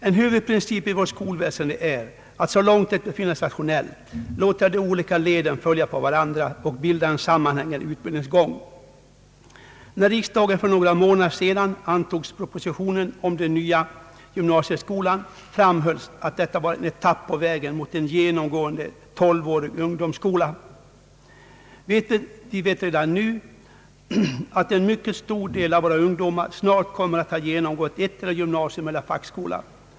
En huvudprincip i vårt skolväsende är att så långt det befinnes rationellt låta de olika leden följa på varandra och bilda en sammanhängande utbildningsgång. När riksdagen för några månader sedan antog propositionen om den nya gymnasieskolan, framhölls att detta var en etapp på vägen mot en genomgående tolvårig ungdomsskola. Vi vet redan nu att en mycket stor del av våra ungdomar snart kommer att ha genomgått antingen gymnasium eller fackskola.